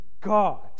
God